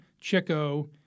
Chico